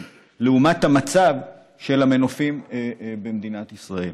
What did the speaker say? לעומת המצב של המנופים במדינת ישראל.